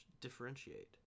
differentiate